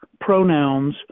pronouns